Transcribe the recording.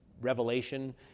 revelation